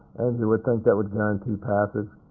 and you would think that would guarantee passage.